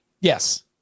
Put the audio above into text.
Yes